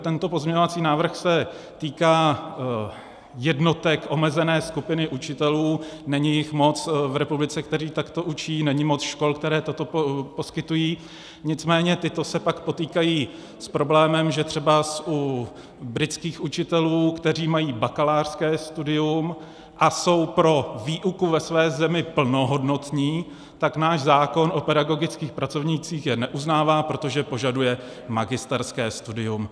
Tento pozměňovací návrh se týká jednotek, omezené skupiny učitelů, není jich moc v republice, kteří takto učí, není moc škol, které toto poskytují, nicméně ty se pak potýkají s problémem, že třeba u britských učitelů, kteří mají bakalářské studium a jsou pro výuku ve své zemi plnohodnotní, tak je náš zákon o pedagogických pracovnících neuznává, protože požaduje magisterské studium.